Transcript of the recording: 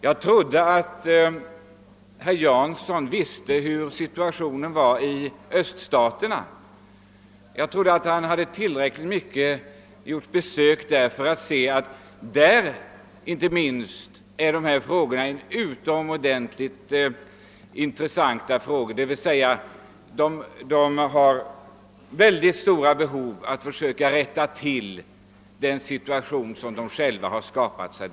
Jag trodde att herr Jansson visste hurdan situationen ter sig i öststaterna, att han hade gjort tillräckligt många besök där för att känna till att miljöfrågorna är lika prekära i dessa länder, att man har mycket stort behov av att försöka rätta till den situation som de själva har skapat sig.